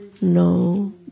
no